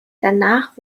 danach